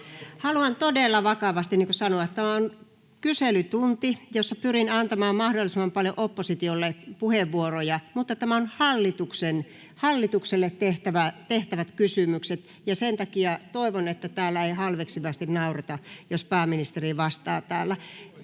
Haluan todella vakavasti sanoa, että tämä on kyselytunti, jossa pyrin antamaan mahdollisimman paljon oppositiolle puheenvuoroja, mutta nämä ovat hallitukselle tehtäviä kysymyksiä, ja sen takia toivon, että täällä ei halveksivasti naureta, jos pääministeri vastaa täällä.